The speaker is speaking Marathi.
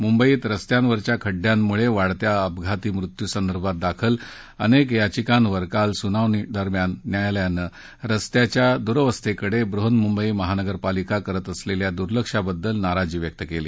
मुंबईत रस्त्यांवरच्या खड्ड्यांमुळे वाढत्या अपघाती मृत्यूंसंदर्भात दाखल अनेका याचिकांवर काल सुनावणीदरम्यान न्यायालयानं रस्त्यांच्या दुरवस्थेकडे बृहन्मुंबई महापालिका करत असलेल्या दुर्लक्षाबद्दल नाराजी व्यक्त केली